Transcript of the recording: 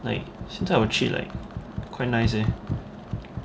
like 现在我去 like quite nice leh